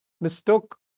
Mistook